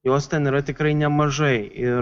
jos ten yra tikrai nemažai ir